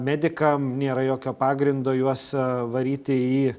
medikam nėra jokio pagrindo juos varyti į